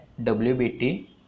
WBT